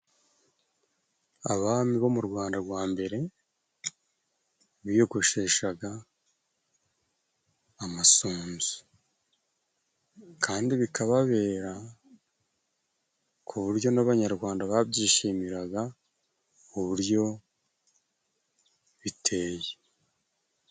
Abami bo mu Rwanda rwa mbere, biyogosheshaga amasunzu. Kandi bikababera ku buryo n'Abanyarwanda babyishimiraga uburyo biteye.